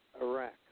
Iraq